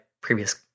previous